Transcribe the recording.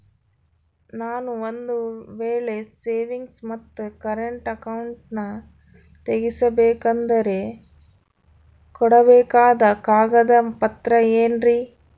ನಾನು ಒಂದು ವೇಳೆ ಸೇವಿಂಗ್ಸ್ ಮತ್ತ ಕರೆಂಟ್ ಅಕೌಂಟನ್ನ ತೆಗಿಸಬೇಕಂದರ ಕೊಡಬೇಕಾದ ಕಾಗದ ಪತ್ರ ಏನ್ರಿ?